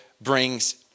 brings